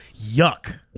yuck